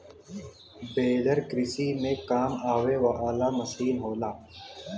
baler कृषि में काम आवे वाला मसीन होला